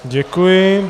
Děkuji.